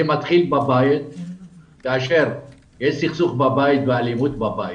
זה מתחיל בבית כאשר יש סכסוך ואלימות בבית,